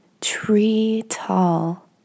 tree-tall